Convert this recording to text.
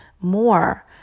more